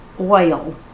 oil